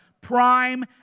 prime